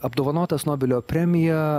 apdovanotas nobelio premija